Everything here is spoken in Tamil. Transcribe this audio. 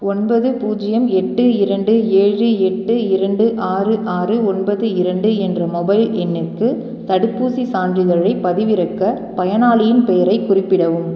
ஒன்பது பூஜ்ஜியம் எட்டு இரண்டு ஏழு எட்டு இரண்டு ஆறு ஆறு ஒன்பது இரண்டு என்ற மொபைல் எண்ணுக்கு தடுப்பூசிச் சான்றிதழைப் பதிவிறக்க பயனாளியின் பெயரைக் குறிப்பிடவும்